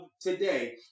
today